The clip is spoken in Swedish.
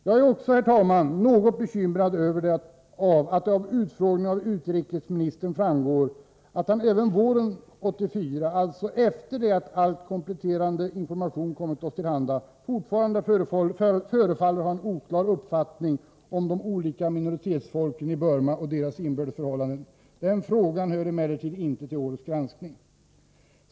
Jag är också, herr talman, något bekymrad över att det av utfrågningen av utrikesministern framgår att han även våren 1984, alltså efter det att all kompletterande information kommit oss till handa, fortfarande förefaller ha en oklar uppfattning om de olika minoritetsfolken i Burma och deras inbördes förhållanden. Den frågan hör emellertid inte till årets granskning.